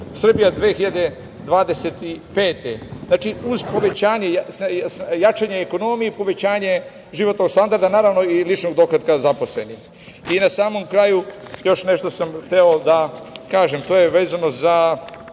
Srbija 2025. Znači, uz jačanje ekonomije i uz povećanje životnog standarda, naravno i ličnog dohotka zaposlenih. Na samom kraju, još nešto sam hteo da kažem, to je vezano za